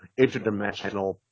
interdimensional